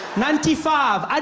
ninety five,